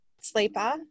sleeper